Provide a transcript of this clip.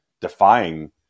defying